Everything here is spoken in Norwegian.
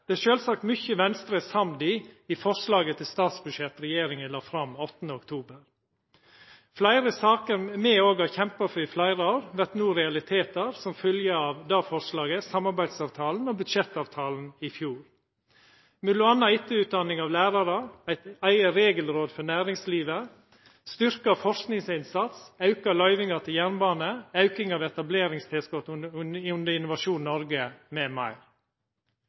Det er sjølvsagt mykje Venstre er samd i i forslaget til statsbudsjett regjeringa la fram 8. oktober. Fleire saker som me òg har kjempa for i fleire år, vert no realitetar som fylgje av det forslaget, samarbeidsavtalen og budsjettavtalen i fjor. Desse sakene er m.a. etterutdanning av lærarar, eit eige regelråd for næringslivet, styrka forskingsinnsats, auka løyvingar til jernbane, auking av etableringstilskotet under Innovasjon Norge m.m. Også det viktige arbeidet med